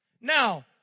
Now